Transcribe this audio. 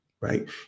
Right